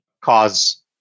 cause